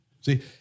See